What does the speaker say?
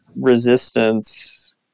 resistance